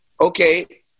okay